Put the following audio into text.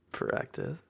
practice